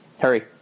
Hurry